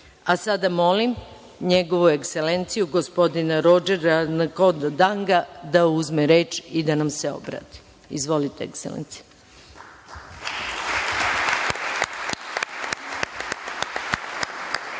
molim Njegovu Ekselenciju, gospodina Rodžera Nkodo Danga da uzme reč i da nam se obrati. Izvolite Ekselencijo. RODžER